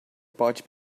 pode